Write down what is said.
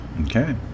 Okay